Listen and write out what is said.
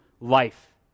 life